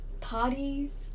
parties